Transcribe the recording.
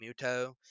Muto